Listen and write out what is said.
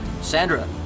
Sandra